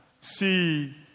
see